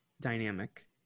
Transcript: dynamic